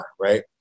right